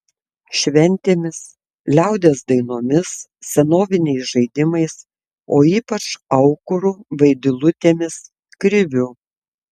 šventėmis liaudies dainomis senoviniais žaidimais o ypač aukuru vaidilutėmis kriviu